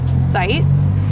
sites